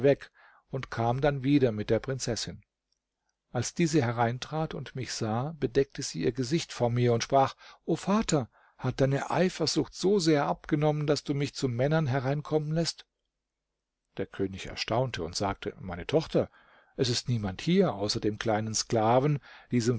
und kam dann wieder mit der prinzessin als diese hereintrat und mich sah bedeckte sie ihr gesicht vor mir und sprach o vater hat deine eifersucht so sehr abgenommen daß du mich zu männern hereinkommen läßt der könig erstaunte und sagte meine tochter es ist niemand hier außer dem kleinen sklaven diesem